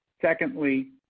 Secondly